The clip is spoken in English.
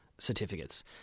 certificates